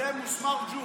זה מוסמאר ג'וחא.